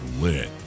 lit